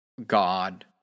God